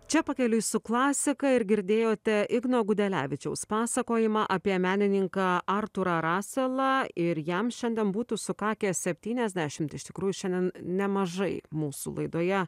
čia pakeliui su klasika ir girdėjote igno gudelevičiaus pasakojimą apie menininką artūrą rasalą ir jam šiandien būtų sukakę septyniasdešimt iš tikrųjų šiandien nemažai mūsų laidoje